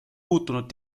muutunud